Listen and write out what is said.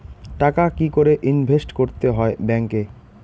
টাকা কি করে ইনভেস্ট করতে হয় ব্যাংক এ?